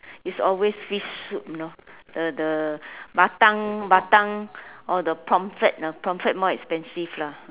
is always fish soup know the the batang batang or the pomfret ah pomfret more expensive lah